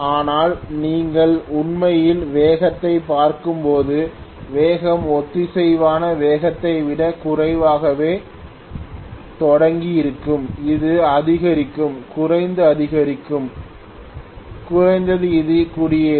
ஆனால் நீங்கள் உண்மையில் வேகத்தைப் பார்க்கும்போது வேகம் ஒத்திசைவான வேகத்தை விடக் குறைவாகவே தொடங்கியிருக்கும் அது அதிகரிக்கும் குறைந்து அதிகரித்து குறைந்து இறுதியில் குடியேறும்